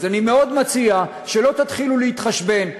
אז אני מאוד מציע שלא תתחילו להתחשבן,